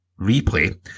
replay